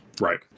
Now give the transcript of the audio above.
Right